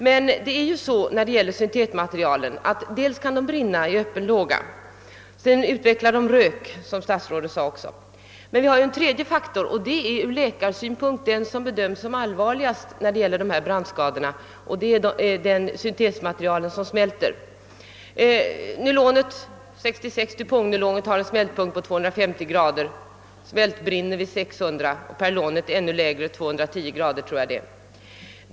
Men det är ju så med de syntetiska materialen att de kan brinna i öppen låga, men också utveckla rök, som statsrådet påpekade. Vi har emellertid också en tredje faktor, och det är den som ur läkarsynpunkt bedöms som allvarligast när det gäller dessa brandskador. Jag syftar på de syntetiska material som smälter. Du Pont-nylonet har <smältpunkten vid 250 grader och smältbrinner vid 600 grader: perlon brinner redan vid 210 grader.